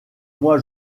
moi